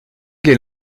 les